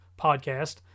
podcast